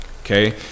Okay